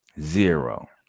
Zero